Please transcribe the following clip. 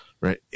right